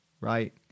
right